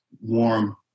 warm